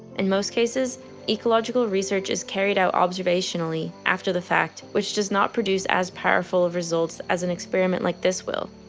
in most cases ecological research is carried out observationally, after the fact, which does not produce as powerful of results as an experiment like this will.